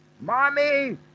Mommy